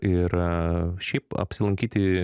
ir šiaip apsilankyti